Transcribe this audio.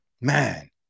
Man